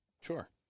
Sure